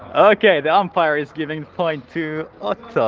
okay, the umpire is giving point to otto.